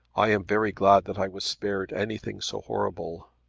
i am very glad that i was spared anything so horrible.